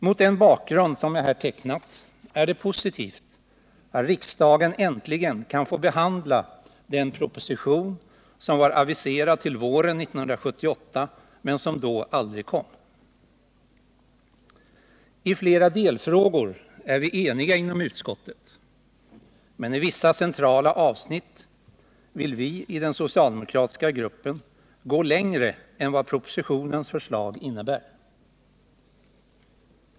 Mot den bakgrund som jag här tecknat är det positivt att riksdagen äntligen kan få behandla den proposition som var aviserad till våren 1978, men som då aldrig kom. I flera delfrågor är vi eniga inom utskottet, men i vissa centrala avsnitt vill vi i den socialdemokratiska gruppen gå längre än vad propositionens förslag innebär.